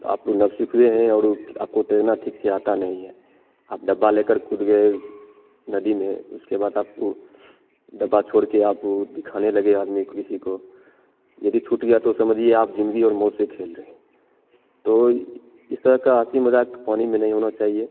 आप नौसिखिये है और वो आपको तैरना ठीक से आता नहीं है आप डब्बा लेकर कूद गए नदी में उसके बाद आपको डब्बा छोड़ के आप दिखाने लगे आदमी किसी को यदि छूट गया तो समझिए आप जिंदगी और मौत से खेल रहे हैं तो इस तरह का हँसी मजाक पानी में नहीं होना चाहिए